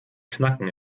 knacken